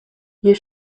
you